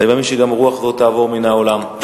אני מאמין שגם הרוח הזאת תעבור מן העולם.